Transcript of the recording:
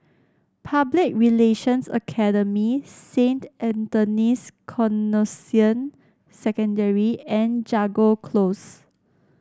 Public Relations Academy Saint Anthony's Canossian Secondary and Jago Close